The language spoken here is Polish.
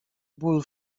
ból